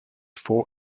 four